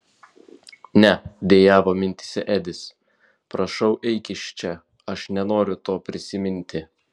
ne dejavo mintyse edis prašau eik iš čia aš nenoriu to prisiminti